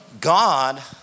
God